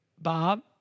Bob